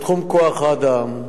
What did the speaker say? בתחום כוח-האדם,